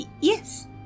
yes